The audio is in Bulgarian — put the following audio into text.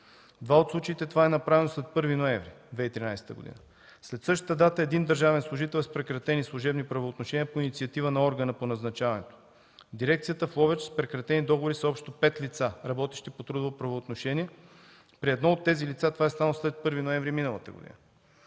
два от случаите това е направено след 1 ноември 2013 г. След същата дата един държавен служител е с прекратени служебни правоотношения по инициатива на органа по назначаването. Дирекцията в Ловеч с прекратени договори са общо 5 лица, работещи по трудово правоотношение. При едно от тези лица това е станало след 1 ноември миналата година.